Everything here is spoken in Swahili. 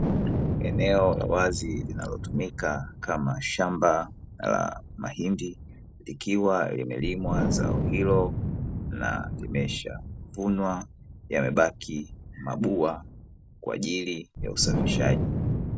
Eneo la wazi linalotumika kama shamba la mahindi likiwa limelimwa zao hilo na limeshavunwa, yamebaki mabua kwa ajili ya usafirishaji.